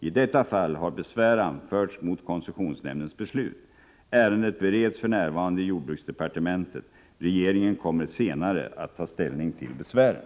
I detta fall har besvär anförts mot koncessionsnämndens beslut. Ärendet bereds för närvarande i jordbruksdepartementet. Regeringen kommer senare att ta ställning till besvären.